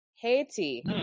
Haiti